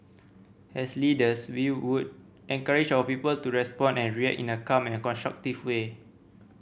as leaders we would encourage our people to respond and react in a calm and constructive way